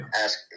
ask